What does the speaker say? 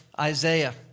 Isaiah